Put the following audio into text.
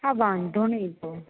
હા વાંધો નહીં તો